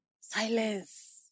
silence